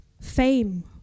fame